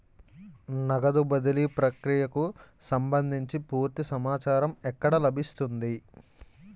నగదు బదిలీ ప్రక్రియకు సంభందించి పూర్తి సమాచారం ఎక్కడ లభిస్తుంది?